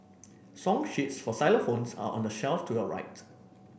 song sheets for xylophones are on the shelf to your rights